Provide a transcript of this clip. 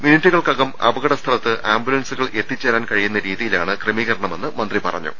മിനിറ്റുകൾക്കകം അപകട സ്ഥലത്ത് ആംബുലൻസുകൾ എത്തി ച്ചേരാൻ കഴിയുന്ന രീതിയിലാണ് ക്രമീകരണമെന്ന് മന്ത്രി പറഞ്ഞു